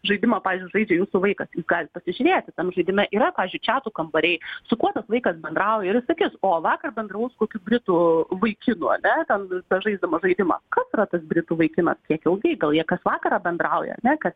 žaidimą pavyzdžiui žaidžia jūsų vaikas jūs galit pasižiūrėti tam žaidime yra pavyzdžiui čiatų kambariai su kuo tas vaikas bendrauja ir jis sakys o vakar bendravau su kokiu britu vaikinu ane ten bežaisdamas žaidimą kas yra tas britų vaikinas kiek ilgai gal jie kas vakarą bendrauja ar ne kas